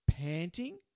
panting